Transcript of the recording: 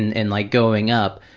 and and like going up,